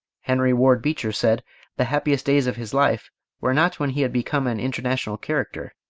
henry ward beecher said the happiest days of his life were not when he had become an international character,